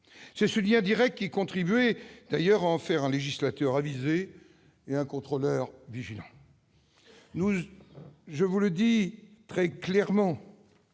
C'est ce lien direct qui contribuait d'ailleurs à en faire un législateur avisé et un contrôleur vigilant. Je le dis très clairement,